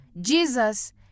Jesus